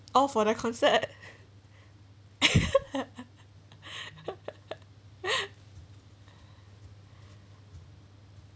oh for the concert